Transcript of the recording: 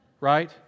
right